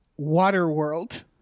waterworld